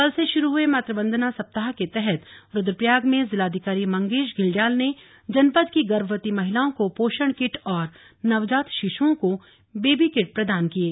कल से शुरू हुए मातृ वंदना सप्ताह के तहत रुद्रप्रयाग में जिलाधिकारी मंगेश घिल्डियाल ने जनपद की गर्भवती महिलाओं को पोषण किट और नवजात शिश्ओं को बेबी किट प्रदान किये